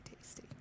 tasty